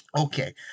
okay